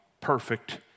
perfect